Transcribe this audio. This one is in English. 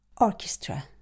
Orchestra